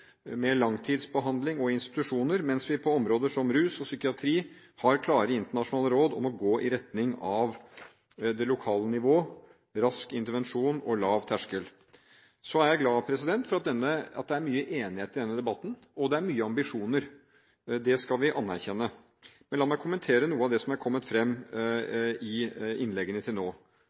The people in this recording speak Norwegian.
med langtidsbehandling og institusjoner – mens vi på områder som rus og psykiatri har klare internasjonale råd om å gå i retning av det lokale nivå, med rask intervensjon og lav terskel. Jeg er glad for at det er mye enighet i denne debatten, og det er mye ambisjoner – det skal vi anerkjenne. La meg kommentere noe av det som er kommet fram i innleggene til nå.